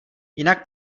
jinak